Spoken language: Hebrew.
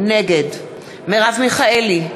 נגד מרב מיכאלי,